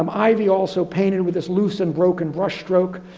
um ivey also painted with this loose and broken brushstroke.